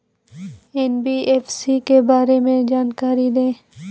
NBFC के बारे में जानकारी दें?